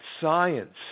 science